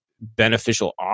beneficial